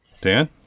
Dan